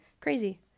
crazy